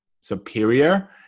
superior